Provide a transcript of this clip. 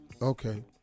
Okay